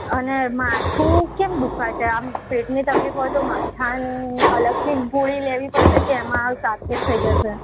અને માથું કેમ દુઃખાય છે આમ પેટની તકલીફ હોય તો માથાની અલગથી ગોળી લેવી પડશે કે એમાં હવે સાથે જ થઈ જશે